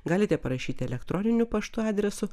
galite parašyti elektroniniu pašto adresu